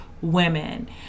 women